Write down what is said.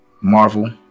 Marvel